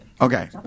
Okay